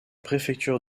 préfecture